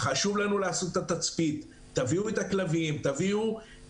תציג את עצמך, קודם כול.